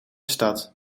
stad